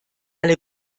alle